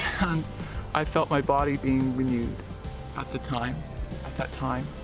i felt my body being renewed at the time that time,